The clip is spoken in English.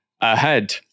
ahead